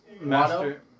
master